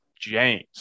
James